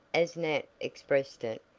as nat expressed it,